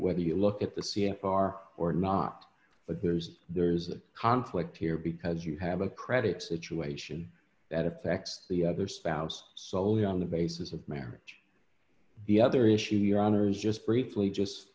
whether you look at the c f r or not but there's there's a conflict here because you have a credit situation that affects the other spouse soley on the basis of marriage the other issue your honour's just briefly just